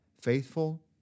Faithful